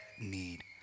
need